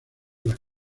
las